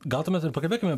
gal tuomet ir pakalbėkime